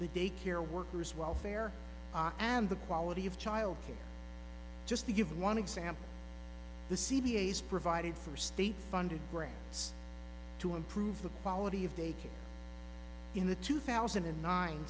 the daycare workers welfare and the quality of childcare just to give one example the c v s provided for state funded grant to improve the quality of daycare in the two thousand and nine